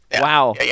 wow